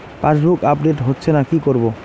Passbook update হচ্ছেনা কি করবো?